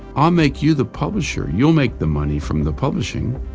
i'll make you the publisher. you'll make the money from the publishing.